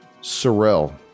sorel